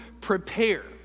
prepare